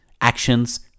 actions